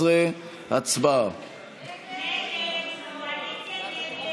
כדי שיהיו לנו.